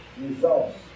results